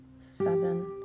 seven